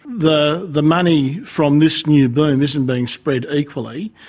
the the money from this new boom isn't being spread equally.